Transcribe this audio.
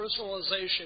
personalization